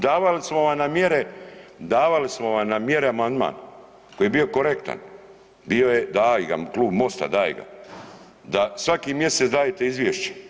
Davali smo vam na mjere, davali smo vam na mjere amandman koji je bio korektan, bio je, da vam ga i Klub MOST-a, daj ga, da svaki mjesec dajete izvješće.